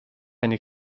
eine